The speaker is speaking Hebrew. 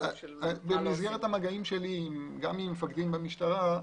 במסגרת המגעים שלי גם עם מפקדים במשטרה,